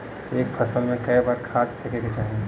एक फसल में क बार खाद फेके के चाही?